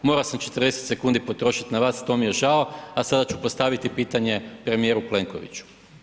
Morao sam 40 sekundi potrošiti na vas, to mije žao a sada ću postaviti pitanje premijeru Plenkoviću.